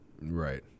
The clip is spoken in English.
Right